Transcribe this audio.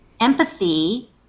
empathy